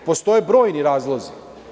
Postoje brojni razlozi.